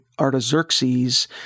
Artaxerxes